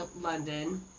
London